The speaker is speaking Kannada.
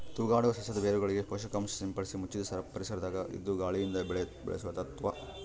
ತೂಗಾಡುವ ಸಸ್ಯದ ಬೇರುಗಳಿಗೆ ಪೋಷಕಾಂಶ ಸಿಂಪಡಿಸಿ ಮುಚ್ಚಿದ ಪರಿಸರದಾಗ ಇದ್ದು ಗಾಳಿಯಿಂದ ಬೆಳೆ ಬೆಳೆಸುವ ತತ್ವ